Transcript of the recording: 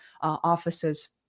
offices